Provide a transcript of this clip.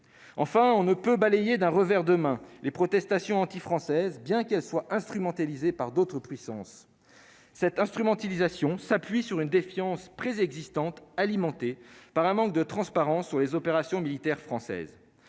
enfin on ne peut balayer d'un revers de main les protestations anti-françaises, bien qu'elle soit instrumentalisée par d'autres puissances cette instrumentalisation s'appuie sur une défiance prises existantes, alimentée par un manque de transparence sur les opérations militaires françaises,